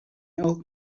old